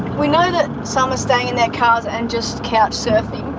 we know that some are staying in their cars and just couch surfing,